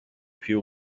few